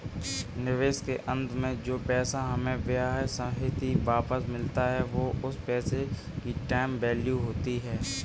निवेश के अंत में जो पैसा हमें ब्याह सहित वापस मिलता है वो उस पैसे की टाइम वैल्यू होती है